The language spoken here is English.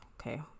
Okay